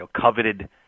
coveted